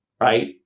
Right